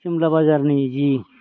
सिमला बाजारनि जि